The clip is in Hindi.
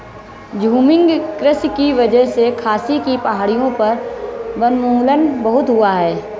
झूमिंग कृषि की वजह से खासी की पहाड़ियों पर वनोन्मूलन बहुत हुआ है